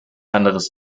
anderes